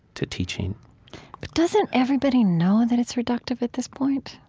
to teaching but doesn't everybody know that it's reductive at this point?